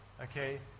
Okay